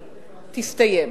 תסתיים.